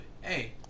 hey